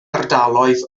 ardaloedd